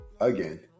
Again